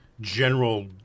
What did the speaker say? General